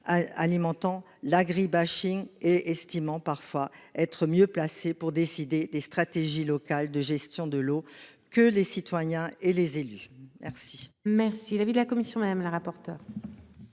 alimentent l'agribashing et estiment parfois être mieux placés pour décider des stratégies locales de gestion de l'eau que les citoyens et les élus. Quel est l'avis de la commission ? L'équilibre